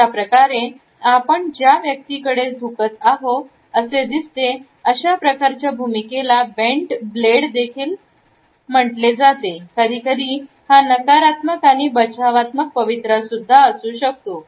अशाप्रकारे आपण त्या व्यक्तीकडे झुकत अहो असे दिसते अशा प्रकारच्या भूमिकेला बेंट ब्लेड देखील म्हटले जाते कधीकधी हा नकारात्मक आणि बचावात्मक पवित्रा सुद्धा असू शकतो